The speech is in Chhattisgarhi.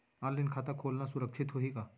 ऑनलाइन खाता खोलना सुरक्षित होही का?